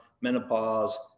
menopause